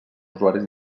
usuaris